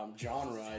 genre